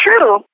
true